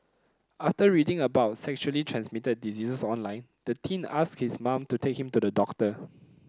after reading about sexually transmitted diseases online the teen asked his mom to take him to the doctor